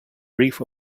brief